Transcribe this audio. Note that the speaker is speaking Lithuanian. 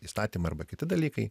įstatymai arba kiti dalykai